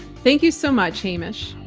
thank you so much, hamish.